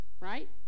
right